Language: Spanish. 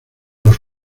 los